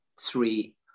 three